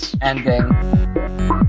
Ending